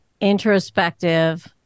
introspective